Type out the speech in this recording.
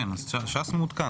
ש"ס מעודכן.